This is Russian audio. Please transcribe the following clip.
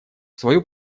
свою